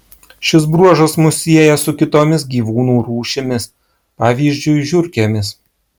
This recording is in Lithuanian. šis bruožas mus sieja su kitomis gyvūnų rūšimis pavyzdžiui žiurkėmis